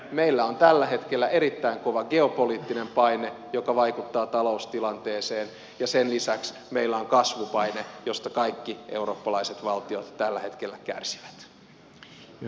meillä on tällä hetkellä erittäin kova geopoliittinen paine joka vaikuttaa taloustilanteeseen ja sen lisäksi meillä on kasvupaine josta kaikki eurooppalaiset valtiot tällä hetkellä kärsivät